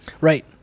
right